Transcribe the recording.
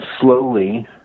slowly